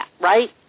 right